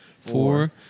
four